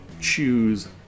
choose